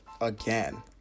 again